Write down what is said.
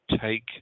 take